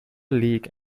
league